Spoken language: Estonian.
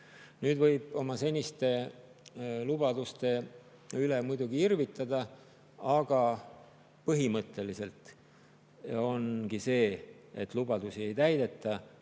Nüüd võib oma seniste lubaduste üle muidugi irvitada. Aga põhimõtteliselt ongi nii, et lubadusi ei täideta.